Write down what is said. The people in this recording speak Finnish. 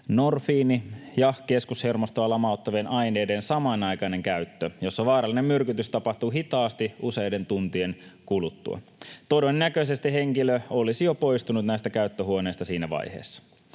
ja keskushermostoa lamauttavien aineiden samanaikainen käyttö, jossa vaarallinen myrkytys tapahtuu hitaasti useiden tuntien kuluttua. Todennäköisesti henkilö olisi jo poistunut näistä käyttöhuoneista siinä vaiheessa.